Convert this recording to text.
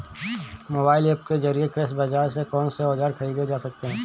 Mobile app के जरिए कृषि बाजार से कौन से औजार ख़रीदे जा सकते हैं?